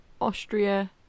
Austria